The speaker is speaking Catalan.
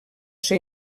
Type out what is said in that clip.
ser